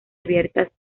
abiertas